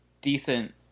decent